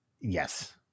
Yes